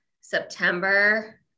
September